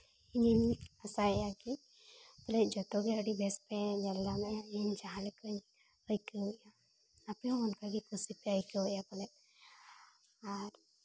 ᱤᱧᱤᱧ ᱟᱥᱟᱭᱮᱫᱼᱟ ᱠᱤ ᱟᱞᱮᱭᱟᱜ ᱡᱚᱛᱚ ᱜᱮ ᱟᱹᱰᱤ ᱵᱮᱥ ᱯᱮ ᱧᱮᱞ ᱧᱟᱢᱮᱫᱼᱟ ᱤᱧ ᱡᱟᱦᱟᱸ ᱞᱮᱠᱟᱧ ᱟᱹᱭᱠᱟᱹᱣᱮᱫᱼᱟ ᱟᱯᱮ ᱦᱚᱸ ᱚᱱᱠᱟ ᱜᱮ ᱠᱩᱥᱤ ᱯᱮ ᱟᱹᱭᱠᱟᱹᱣᱮᱫᱼᱟ ᱯᱟᱞᱮᱫ ᱟᱨ